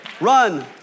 Run